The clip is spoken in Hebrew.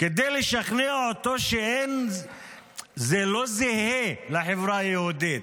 כדי לשכנע אותו שזה לא זהה לחברה היהודית.